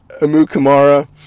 Amukamara